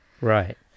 Right